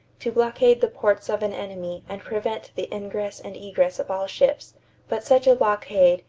to blockade the ports of an enemy and prevent the ingress and egress of all ships but such a blockade,